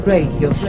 Radio